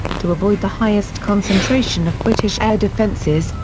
to avoid the highest concentration of british air defences,